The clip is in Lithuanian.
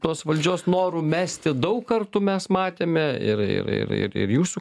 tos valdžios norų mesti daug kartų mes matėme ir ir ir ir ir jūsų